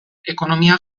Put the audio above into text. ekonomia